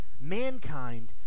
mankind